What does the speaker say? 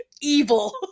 evil